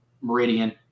Meridian